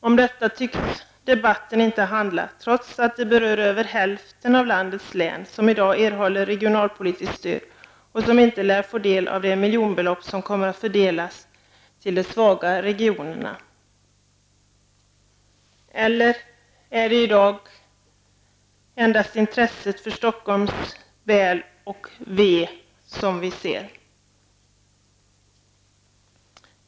Om detta tycks debatten inte handla, trots att över hälften av landets län berörs, som i dag erhåller regionalpolitiskt stöd och som inte lär få del av de miljonbelopp som kommer att fördelas till de svaga regionerna. Eller är det i dag endast intresset för Stockholms väl och ve som gäller?